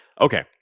Okay